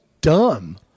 dumb